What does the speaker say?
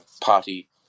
party